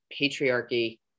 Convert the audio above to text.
patriarchy